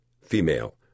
Female